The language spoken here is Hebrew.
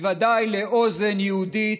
ובוודאי לאוזן יהודית: